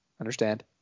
Understand